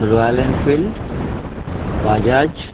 Royal Enfield Bajaj